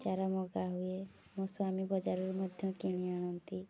ଚାରା ମଗା ହୁଏ ମୋ ସ୍ୱାମୀ ବଜାରରୁ ମଧ୍ୟ କିଣି ଆଣନ୍ତି